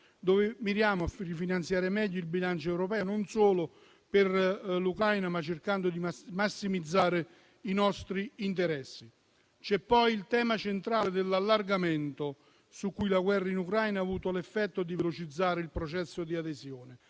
dove miriamo a rifinanziare meglio il bilancio europeo, non solo per l'Ucraina, ma cercando di massimizzare i nostri interessi. Vi è poi il tema centrale dell'allargamento, rispetto al quale la guerra in Ucraina ha avuto l'effetto di velocizzare il processo di adesione.